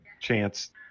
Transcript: chance